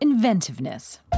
Inventiveness